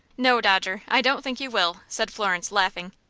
no, dodger i don't think you will, said florence, laughing.